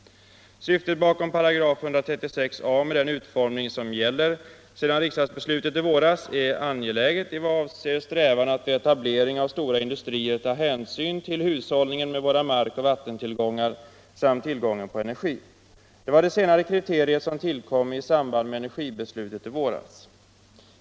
Syftet bakom 136 a §, med den utformning som gäller sedan riksdagsbeslutet i våras, är angeläget vad avser strävan att vid etablering av stora industrier ta hänsyn till hushållningen med våra markoch vattentillgångar samt tillgången på energi. Det var det senare kriteriet som tillkom i samband med energibeslutet i våras.